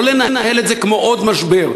לא לנהל את זה כמו עוד משבר,